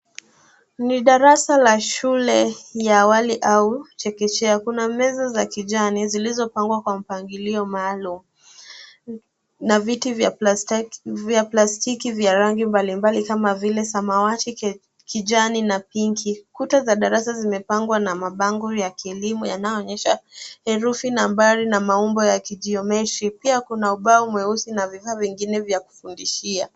Ni darasa la shule ya wale au chekechea. Kuna meza za kjani zilizopangwa kwa mpangilio maalum na viti vya plastiki vya rangi mbalimbali kama vile samawati, kijani na pinki. Kuta za darasa zimepangwa na mabango ya kieleimu yananyoonyesha herufi , namabari na maumbo ya kijiometri. Pia kuna ubao mweusi na vifaa vingine vya kufundishia.